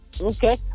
Okay